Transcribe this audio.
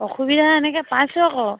অসুবিধা এনেকৈ পাইছোঁ আকৌ